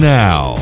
now